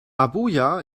abuja